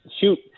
shoot